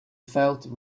felt